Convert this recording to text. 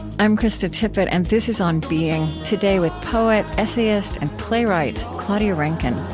i'm krista tippett, and this is on being. today with poet, essayist, and playwright claudia rankine.